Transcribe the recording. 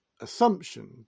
assumption